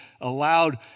allowed